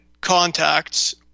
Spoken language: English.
contacts